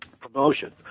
promotion